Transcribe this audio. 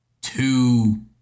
Two